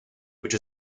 which